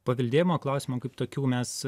paveldėjimo klausimų kaip tokių mes